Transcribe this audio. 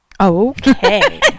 Okay